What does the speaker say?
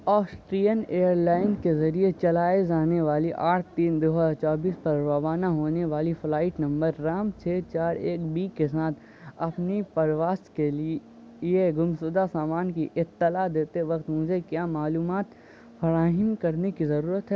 Austrian airline کے ذریعے چلائے زانے والی آٹھ تین دو چوبیس پر روانہ ہونے والی فلائٹ نمبر رام چھ چار ایک بی کے ساتھ اپنی پرواز کے لیے گمشدہ سامان کی اطلاع دیتے وقت مجھے کیا معلومات پھراہم کرنے کی ضرورت ہے